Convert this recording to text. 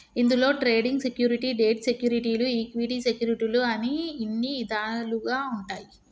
ఇందులో trading security, debt సెక్యూరిటీలు equity సెక్యూరిటీలు అని ఇన్ని ఇదాలుగా ఉంటాయి